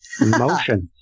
Emotions